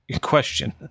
question